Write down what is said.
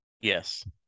Yes